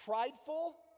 prideful